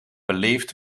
beleefd